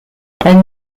elle